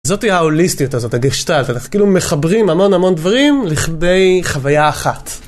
זאתי ההוליסטיות הזאת, הגעשטאלט, אנחנו כאילו מחברים המון המון דברים לכדי חוויה אחת.